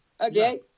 okay